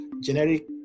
generic